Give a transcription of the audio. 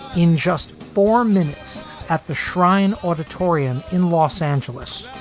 in just four minutes at the shrine auditorium in los angeles,